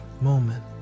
moment